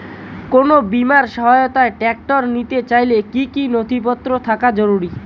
কোন বিমার সহায়তায় ট্রাক্টর নিতে চাইলে কী কী নথিপত্র থাকা জরুরি?